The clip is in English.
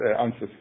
answers